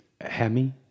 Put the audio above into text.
Hemi